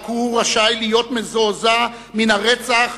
רק הוא רשאי להיות מזועזע מן הרצח,